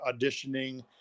auditioning